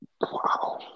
Wow